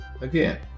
again